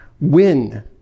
win